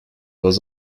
was